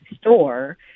store